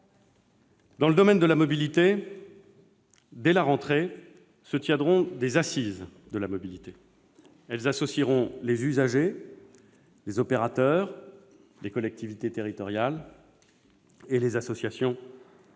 Dans le domaine de la mobilité : dès la rentrée, se tiendront également des assises de la mobilité. Elles associeront les usagers, les opérateurs, les collectivités territoriales et les associations engagées